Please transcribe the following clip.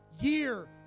year